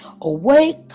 Awake